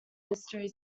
history